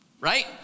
Right